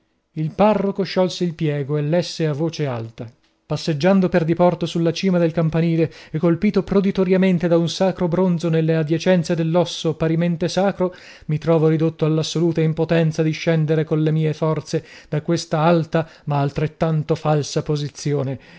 il parroco sciolse il piego e lesse a voce alta passeggiando per diporto sulla cima del campanile e colpito proditoriamente da un sacro bronzo nelle adiacenze dell'osso parimente sacro mi trovo ridotto all'assoluta impotenza di scendere colle mie forze da questa alta ma altrettanto falsa posizione